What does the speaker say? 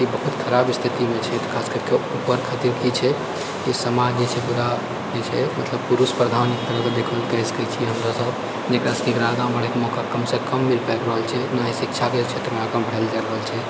ई बहुत खराब स्थितिमे छै खासकरिके ओकर खातिर की छै ई समाज जे छै पूरा जे छै मतलब पुरुष प्रधान एक तरह सँ कहि सकै छिए हमसब जकरासँ एकरा आगाँ बढ़ैके मौका कमसँ कम मिल पाबि रहल छै नहि शिक्षाके क्षेत्रमे एकर कम भेल जा रहल छै